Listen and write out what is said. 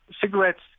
Cigarettes